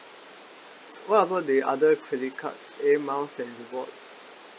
what about the other credit cards air miles and rewards